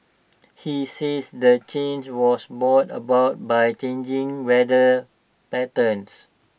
he saids the change was brought about by changing weather patterns